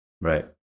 Right